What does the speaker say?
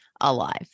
alive